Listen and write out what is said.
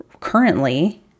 Currently